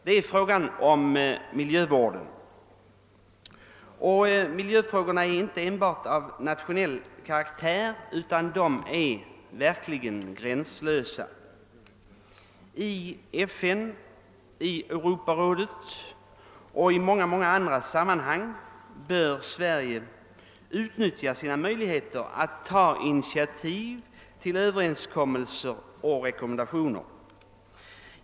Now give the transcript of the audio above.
Det gäller miljövården. Miljöfrågorna är inte enbart av nationell karaktär utan verkligen gränslösa. I FN, Europarådet och många andra sammanhang bör Sverige utnyttja sina möjligheter att ta initiativ till överenskommelser och rekommendationer.